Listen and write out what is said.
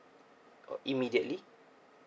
oh immediately